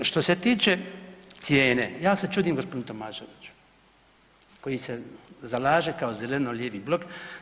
Što se tiče cijene, ja se čudim gospodinu Tomaševiću koji se zalaže kao zeleno-lijevi blok.